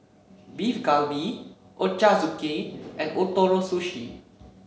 Beef Galbi Ochazuke and Ootoro Sushi